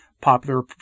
Popular